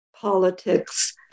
politics